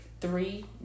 three